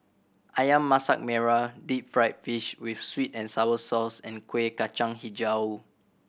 Ayam Masak Merah deep fried fish with sweet and sour sauce and Kueh Kacang Hijau